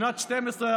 זו הייתה שנת 12 השנים?